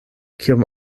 kiom